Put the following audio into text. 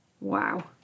Wow